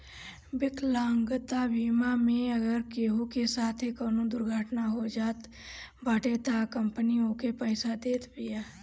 विकलांगता बीमा मे अगर केहू के साथे कवनो दुर्घटना हो जात बाटे तअ कंपनी ओके पईसा देत बिया